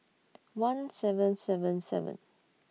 one seven seven seven